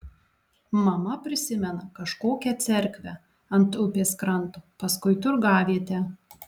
mama prisimena kažkokią cerkvę ant upės kranto paskui turgavietę